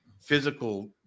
physical